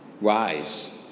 rise